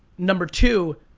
number two,